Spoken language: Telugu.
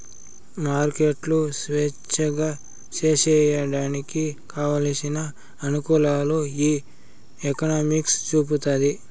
మార్కెట్లు స్వేచ్ఛగా సేసేయడానికి కావలసిన అనుకూలాలు ఈ ఎకనామిక్స్ చూపుతాది